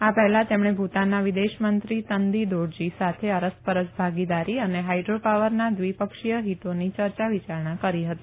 આ પહેલા તેમણે ભુતાનના વિદેશ મંત્રી તંદી દોરજી સાથે અરસ પરસ ભાગીદારી અને હાઇડ્રોપાવરના દ્વિપક્ષીય હિતોની ચર્ચા વિચારણા કરી હતી